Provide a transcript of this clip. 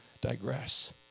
digress